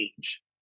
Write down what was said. age